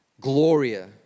Gloria